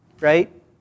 Right